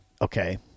okay